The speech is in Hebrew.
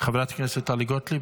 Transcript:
חברת הכנסת טלי גוטליב,